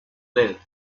live